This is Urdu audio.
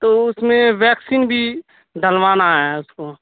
تو اس میں ویکسین بھی ڈھلوانا ہے اس کو